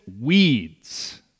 weeds